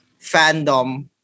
fandom